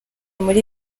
muri